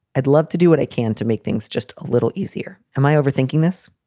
i'd love to do what i can to make things just a little easier. am i overthinking this?